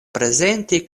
prezenti